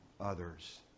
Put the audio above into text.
others